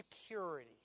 security